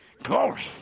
Glory